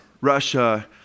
Russia